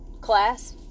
class